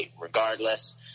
regardless